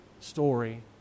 story